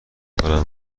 کنم